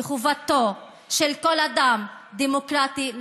וחובתו של כל אדם דמוקרטי,